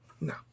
No